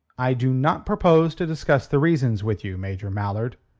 i do not propose to discuss the reasons with you, major mallard.